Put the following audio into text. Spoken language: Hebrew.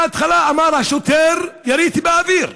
בהתחלה אמר השוטר: יריתי באוויר.